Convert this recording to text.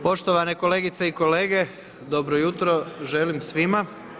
Poštovane kolegice i kolege, dobro jutro želim svima.